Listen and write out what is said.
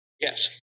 Yes